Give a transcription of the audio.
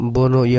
Bono